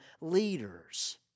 leaders